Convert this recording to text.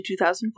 2004